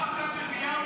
עברת מירמיהו לישעיהו.